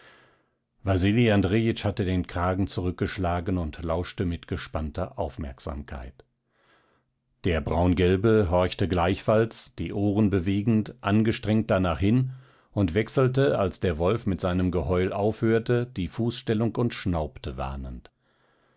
wasili andrejitsch hatte den kragen zurückgeschlagen und lauschte mit gespannter aufmerksamkeit der braungelbe horchte gleichfalls die ohren bewegend angestrengt danach hin und wechselte als der wolf mit seinem geheul aufhörte die fußstellung und schnaubte warnend